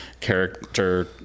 character